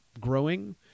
growing